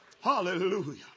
Hallelujah